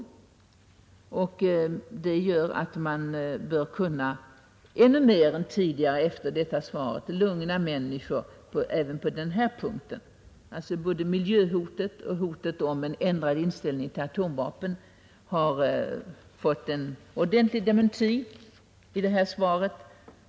Svaret bör kunna lugna människorna även på denna punkt. Både miljöhotet och hotet om en ändrad inställning till atomvapenfrågan har fått en klar dementi genom detta svar.